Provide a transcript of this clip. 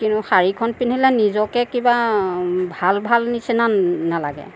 কিন্তু শাড়ীখন পিন্ধিলে নিজকে কিবা ভাল ভাল নিচিনা নালাগে